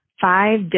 five